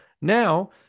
Now